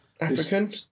African